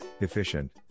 efficient